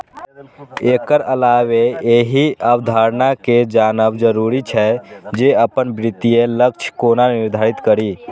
एकर अलावे एहि अवधारणा कें जानब जरूरी छै, जे अपन वित्तीय लक्ष्य कोना निर्धारित करी